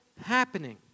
happening